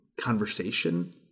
conversation